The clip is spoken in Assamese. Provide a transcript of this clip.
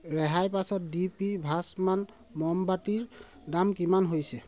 ৰেহাইৰ পাছত ডি পি ভাচমান মমবাতিৰ দাম কিমান হৈছে